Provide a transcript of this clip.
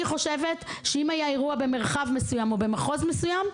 חושבת שאם היה אירוע במרחב מסוים או במחוז מסוים,